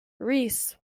rees